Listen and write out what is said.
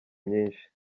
myinshi